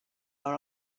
are